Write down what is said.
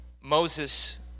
Moses